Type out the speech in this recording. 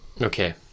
Okay